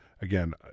Again